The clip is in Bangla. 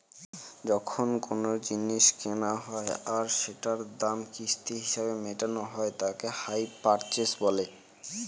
যখন কোনো জিনিস কেনা হয় আর সেটার দাম কিস্তি হিসেবে মেটানো হয় তাকে হাই পারচেস বলে